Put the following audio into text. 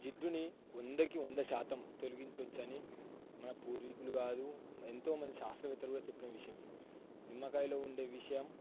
జిడ్డుని వందకి వంద శాతం తొలిగించ వచ్చని మన పూర్వీకులు కాదు ఎంతోమంది శాస్త్రవేత్తలు కూడా చెప్పిన విషయం నిమ్మకాయలో ఉండే విషయం